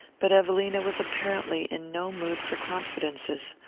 but evelina was apparently in no mood for confidences.